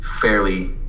fairly